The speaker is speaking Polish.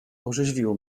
orzeźwiło